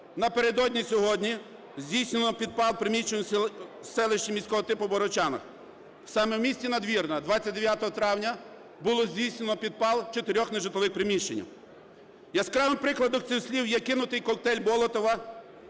напередодні сьогодні, здійснено підпал приміщення в селищі міського типу Богородчани. Саме в місті Надвірна 29 травня було здійснено підпал 4 нежитлових приміщень. Яскравим прикладом цих слів є кинутий "коктейль Молотова"